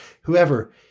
whoever